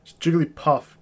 Jigglypuff